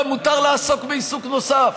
מותר לעסוק בעיסוק נוסף,